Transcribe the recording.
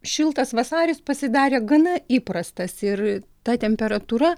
šiltas vasaris pasidarė gana įprastas ir ta temperatūra